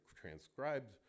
transcribed